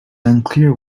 unclear